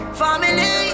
family